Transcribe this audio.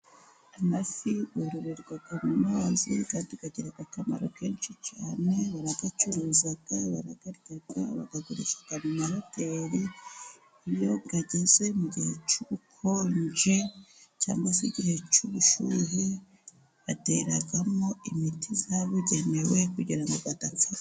Amafi yororerwa mu mazi kandi akagirira akamaro kenshi cyane, barayacuruza, barayarya, bayagurisha mu mahoteri, iyo ageze mu gihe cy'ubukonje cyangwa se igihe cy'ubushyuhe, bateramo imiti yabbugenewe kugira ngo adapfa.